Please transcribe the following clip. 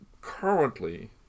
Currently